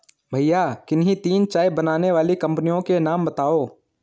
भैया किन्ही तीन चाय बनाने वाली कंपनियों के नाम बताओ?